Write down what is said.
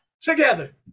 together